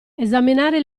esaminare